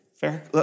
fair